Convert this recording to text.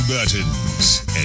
Buttons